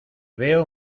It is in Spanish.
veo